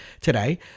today